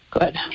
Good